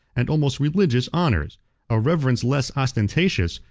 and almost religious, honors a reverence less ostentatious,